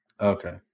Okay